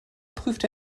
prüfte